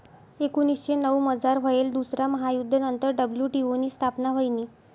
एकोनीसशे नऊमझार व्हयेल दुसरा महायुध्द नंतर डब्ल्यू.टी.ओ नी स्थापना व्हयनी